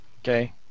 Okay